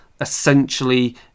essentially